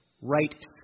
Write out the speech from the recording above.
Right